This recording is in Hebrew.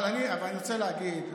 אבל אני רוצה להגיד,